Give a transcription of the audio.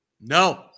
No